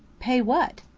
pay what?